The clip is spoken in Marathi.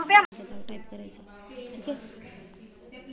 मटार हे हिवाळयात घेतले जाणारे सर्वात महत्त्वाचे पीक आहे